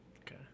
Okay